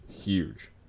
huge